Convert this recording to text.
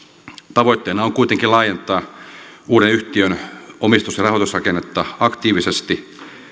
tavoitteena on kuitenkin laajentaa uuden yhtiön omistus ja rahoitusrakennetta aktiivisesti